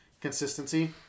consistency